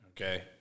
Okay